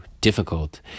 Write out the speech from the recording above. difficult